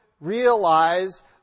realize